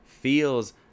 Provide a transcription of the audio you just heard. feels